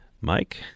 Mike